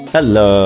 Hello